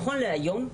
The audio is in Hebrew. נכון להיום,